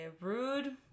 Rude